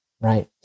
right